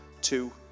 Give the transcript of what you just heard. two